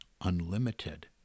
unlimited